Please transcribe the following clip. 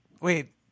wait